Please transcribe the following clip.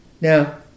Now